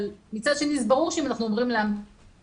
אבל מצד שני זה ברור שאם אנחנו אומרים להם כשיש